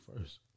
first